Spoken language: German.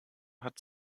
hat